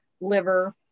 liver